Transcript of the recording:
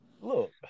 look